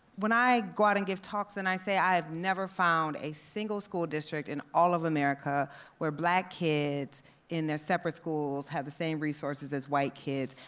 when i go out and give talks and say, i have never found a single school district in all of america where black kids in their separate schools have the same resources as white kids.